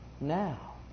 Now